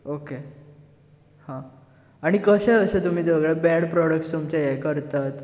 okay हा आनी कशें अशें तुमी सगळे बॅड प्रोडक्ट तुमचे हे करतात